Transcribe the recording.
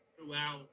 throughout